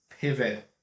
pivot